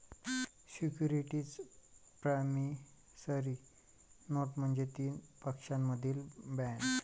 securities promissory note म्हणजे तीन पक्षांमधील बॉण्ड